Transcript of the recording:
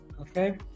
okay